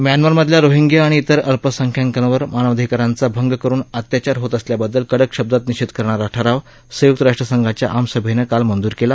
म्यानमामधल्या Rohingya आणि इतर अल्पसंख्यांकांवर मानवाधिकारांचा अंग करून अत्याचार होत असल्याबद्दल कडक शब्दांत निषेध करणारा ठराव संय्क्त राष्ट्रसंघाच्या आमसभेनं काल मंजूर केला